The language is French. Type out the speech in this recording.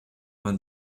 vingt